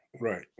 Right